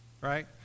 right